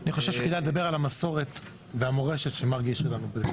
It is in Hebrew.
אני חושב שכדאי לדבר על המסורת והמורשת שמרגי השאיר לנו.